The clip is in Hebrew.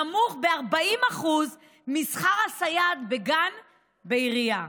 נמוך ב-40% משכר הסייעת בגן בעירייה,